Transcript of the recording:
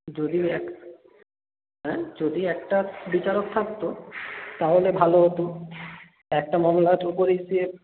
যদি এক হ্যাঁ যদি একটা বিচারক থাকতো তাহলে ভালো হতো একটা মামলা উপরেই সে